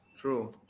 true